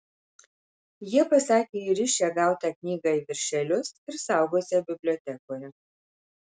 jie pasakė įrišią gautą knygą į viršelius ir saugosią bibliotekoje